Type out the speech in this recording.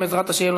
בעזרת השם,